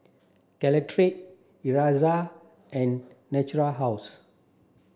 Caltrate Ezerra and Natura House